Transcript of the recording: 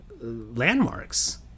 landmarks